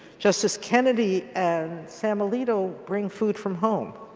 justice kennedy and samuel alito bring food from home.